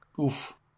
Oof